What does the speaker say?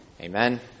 Amen